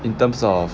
in terms of